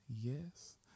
yes